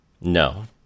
No